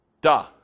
Duh